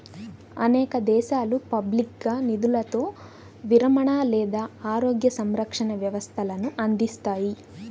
అనేక దేశాలు పబ్లిక్గా నిధులతో విరమణ లేదా ఆరోగ్య సంరక్షణ వ్యవస్థలను అందిస్తాయి